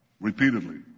repeatedly